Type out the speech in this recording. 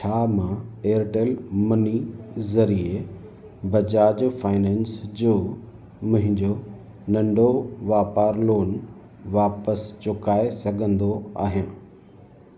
छा मां Airtel money ज़रिए बजाज फाइनेंस जो मुंहिंजो नंढो वापारु लोन वापसि चुकाए सघंदो आहियां